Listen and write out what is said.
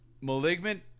Malignant